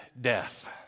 death